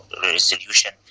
resolution